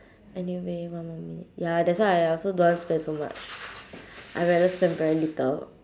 anyway one minute ya that's why I also don't want spend so much I rather spend very little